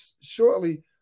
shortly